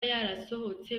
yarasohotse